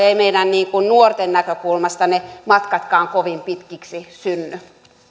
eivät meidän nuorten näkökulmasta ne matkatkaan kovin pitkiksi synny